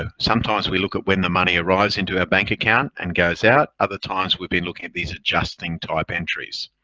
ah sometimes, we look at when the money arrives into our bank account and goes out. other times, we've been looking at these adjusting type entries.